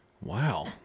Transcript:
Wow